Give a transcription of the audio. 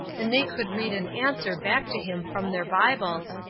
and they could read an answer back to him from their bibles,